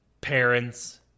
parents